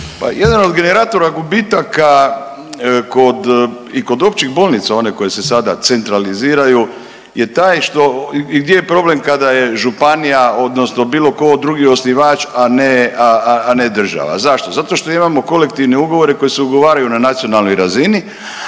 jedan od generatora gubitaka kod, i kod općih bolnica, one koje se sada centraliziraju je taj što, i gdje je problem kada je županija odnosno bilo tko drugi osnivač, a ne država. Zašto? Zato što imamo kolektivne ugovore koji se ugovaraju na nacionalnoj razini,